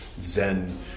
Zen